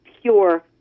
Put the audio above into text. pure